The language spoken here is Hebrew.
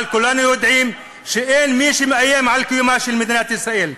אבל כולנו יודעים שאין מי שמאיים על קיומה של מדינת ישראל.